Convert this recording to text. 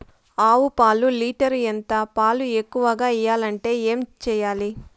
ఆవు పాలు లీటర్ ఎంత? పాలు ఎక్కువగా ఇయ్యాలంటే ఏం చేయాలి?